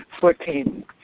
Fourteen